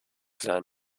sein